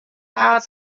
heart